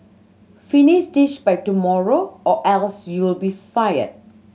finish this by tomorrow or else you'll be fired